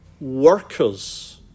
workers